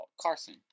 Carson